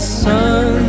sun